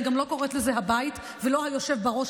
אני גם לא קוראת לזה "הבית" ולא "היושב בראש",